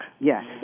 Yes